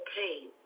pain